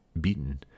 beaten